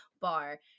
bar